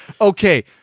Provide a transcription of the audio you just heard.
okay